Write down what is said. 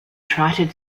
trotted